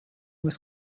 was